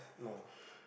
no